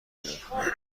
بیاد